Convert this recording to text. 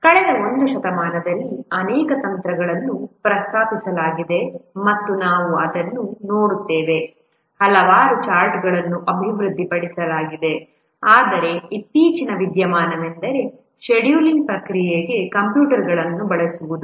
ಕಳೆದ ಒಂದು ಶತಮಾನದಲ್ಲಿ ಅನೇಕ ತಂತ್ರಗಳನ್ನು ಪ್ರಸ್ತಾಪಿಸಲಾಗಿದೆ ಮತ್ತು ನಾವು ಅದನ್ನು ನೋಡುತ್ತೇವೆ ಹಲವಾರು ಚಾರ್ಟ್ಗಳನ್ನು ಅಭಿವೃದ್ಧಿಪಡಿಸಲಾಗಿದೆ ಆದರೆ ಇತ್ತೀಚಿನ ವಿದ್ಯಮಾನವೆಂದರೆ ಶೆಡ್ಯೂಲಿಂಗ್ ಪ್ರಕ್ರಿಯೆಗೆ ಕಂಪ್ಯೂಟರ್ಗಳನ್ನು ಬಳಸುವುದು